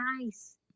nice